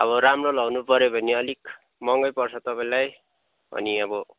अब राम्रो लगाउनुपऱ्यो भने अलिक महँगै पर्छ तपाईँलाई अनि अब